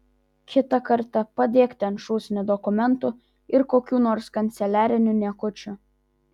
kitą kartą padėk ten šūsnį dokumentų ir kokių nors kanceliarinių niekučių